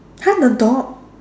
!huh! the dog